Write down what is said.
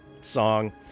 song